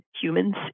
humans